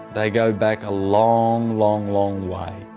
they go back a long, long, long way.